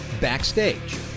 backstage